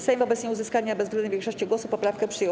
Sejm wobec nieuzyskania bezwzględnej większości głosów poprawkę przyjął.